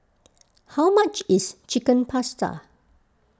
how much is Chicken Pasta